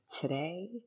today